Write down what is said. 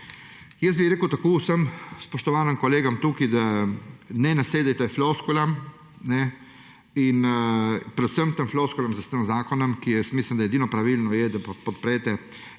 Jaz bi rekel tako vsem spoštovanim kolegom tukaj, da ne nasedete floskulam in predvsem tem floskulam s tem zakonom, ki jaz mislim, da edino pravilno je, da podprete